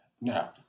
Now